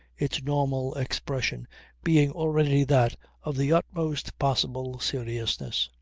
its normal expression being already that of the utmost possible seriousness.